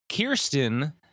Kirsten